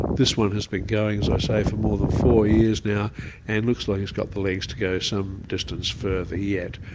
this one has been going, as i say, for more than four years now and looks like it's got the legs to go some distance further yet.